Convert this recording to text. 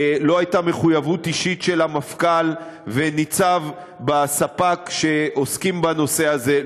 לא הייתה מחויבות אישית של המפכ"ל וניצב בספ"כ שעוסקים בנושא הזה.